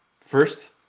first